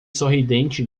sorridente